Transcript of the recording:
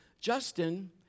Justin